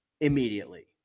immediately